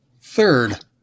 Third